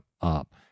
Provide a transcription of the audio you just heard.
up